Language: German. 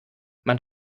man